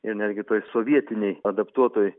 ir netgi toj sovietinėj adaptuotoj